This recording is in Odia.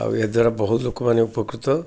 ଆଉ ଏହାଦ୍ଵାରା ବହୁତ ଲୋକମାନେ ଉପକୃତ